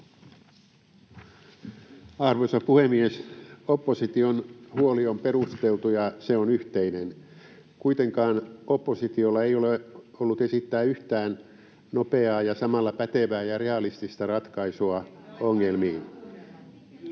Arvoisa puhemies! Opposition huoli on perusteltu, ja se on yhteinen. Kuitenkaan oppositiolla ei ole ollut esittää yhtään nopeaa ja samalla pätevää ja realistista ratkaisua ongelmiin.